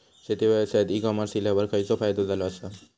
शेती व्यवसायात e commerce इल्यावर खयचो फायदो झालो आसा?